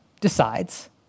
decides